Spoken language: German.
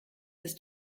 ist